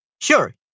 Sure